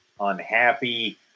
unhappy